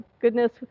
goodness